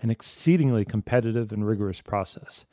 an exceedingly competitive and rigorous process